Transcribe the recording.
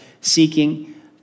seeking